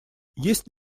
есть